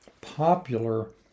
popular